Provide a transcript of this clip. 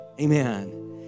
Amen